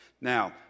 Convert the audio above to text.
Now